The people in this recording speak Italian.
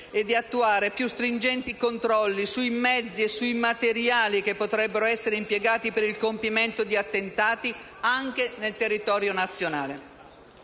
e di attuare più stringenti controlli sui mezzi e sui materiali che potrebbero essere impiegati per il compimento di attentati anche nel territorio nazionale.